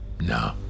No